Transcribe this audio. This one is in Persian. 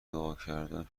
دعاکردم